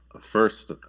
first